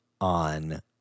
On